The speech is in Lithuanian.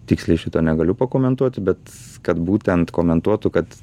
tiksliai šito negaliu pakomentuoti bet kad būtent komentuotų kad